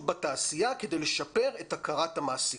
בתעשייה כדי לשפר את הכרת המעסיקים.